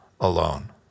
alone